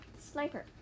sniper